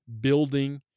building